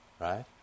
Right